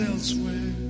Elsewhere